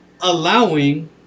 allowing